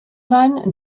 sein